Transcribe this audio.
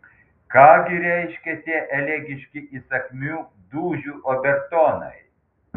ką gi reiškia tie elegiški įsakmių dūžių obertonai